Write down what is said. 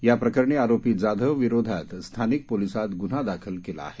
याप्रकरणी आरोपी जाधव विरोधात स्थानिक पोलिसांनी गुन्हा दाखल केला आहे